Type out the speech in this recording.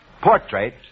Portrait